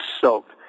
soaked